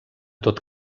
tot